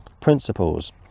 principles